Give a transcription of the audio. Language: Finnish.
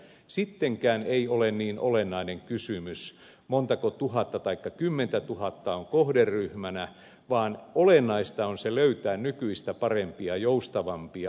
sittenkään ei ole niin olennainen kysymys montako tuhatta taikka kymmentätuhatta on kohderyhmänä vaan olennaista on löytää nykyistä parempia ja joustavampia asiakasläheisimpiä palvelukäytäntöjä